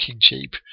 cheap